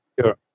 Sure